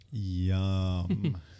Yum